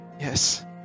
Yes